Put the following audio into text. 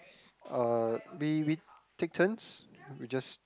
uh we we take turns we just